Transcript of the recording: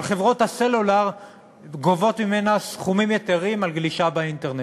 אבל חברות הסלולר גובות ממנה סכומים יתרים על גלישה באינטרנט.